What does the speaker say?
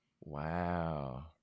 Wow